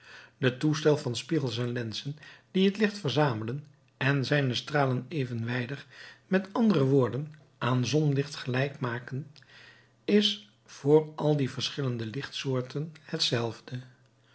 de toestel van spiegels en lenzen die het licht verzamelen en zijne stralen evenwijdig met andere woorden aan zonlicht gelijk maken is voor al die verschillende lichtsoorten dezelfde